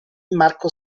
marco